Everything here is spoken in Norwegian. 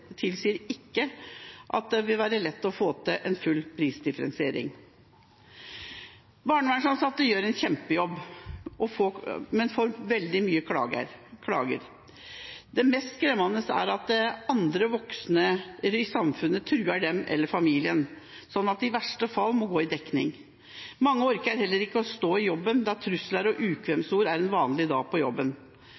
tilsier ikke at det vil være lett å få til en full prisdifferensiering. Barnevernsansatte gjør en kjempejobb, men får veldig mange klager. Det mest skremmende er at andre voksne mennesker i samfunnet truer dem eller familien, slik at de i verste fall må gå i dekning. Mange orker heller ikke å stå i en jobb der trusler og